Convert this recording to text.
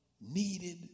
needed